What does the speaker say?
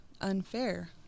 unfair